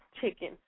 chicken